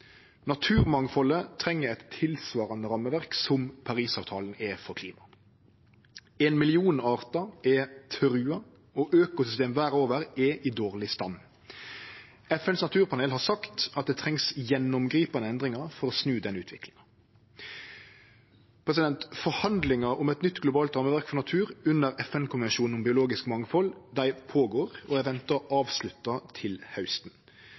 Naturmangfaldet treng eit tilsvarande rammeverk som Parisavtalen er for klimaet. Ein million artar er trua, og økosystem verda over er i dårleg stand. FNs naturpanel har sagt at ein treng gjennomgripande endringar for å snu denne utviklinga. Forhandlingar om eit nytt globalt rammeverk for natur under FN-konvensjonen om biologisk mangfald pågår og er venta avslutta til hausten,